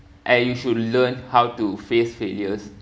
and you should learn how to face failures